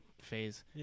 phase